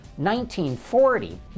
1940